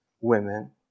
Women